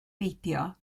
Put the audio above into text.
beidio